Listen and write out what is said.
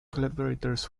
collaborators